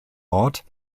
ort